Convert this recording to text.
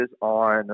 on